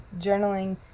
journaling